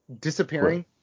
disappearing